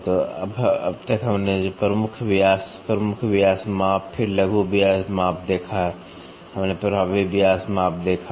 तो अब तक हमने जो प्रमुख व्यास प्रमुख व्यास माप फिर लघु व्यास माप देखा हमने प्रभावी व्यास माप देखा